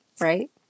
right